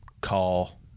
call